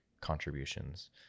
contributions